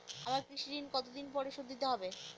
আমার কৃষিঋণ কতদিন পরে শোধ দিতে হবে?